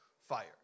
fire